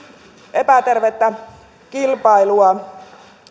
epätervettä kilpailua